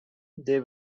they